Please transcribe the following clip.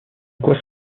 quoi